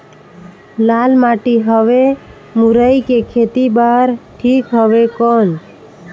लाल माटी हवे मुरई के खेती बार ठीक हवे कौन?